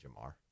Jamar